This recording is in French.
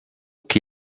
qui